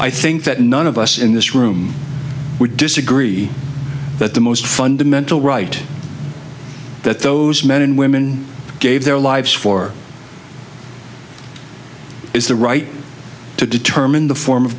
i think that none of us in this room would disagree that the most fundamental right that those men and women gave their lives for is the right to determine the form of